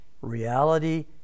Reality